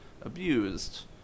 abused